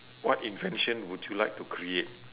what invention would you like to create